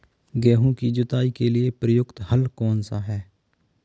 गेहूँ की जुताई के लिए प्रयुक्त हल कौनसा है?